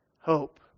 hope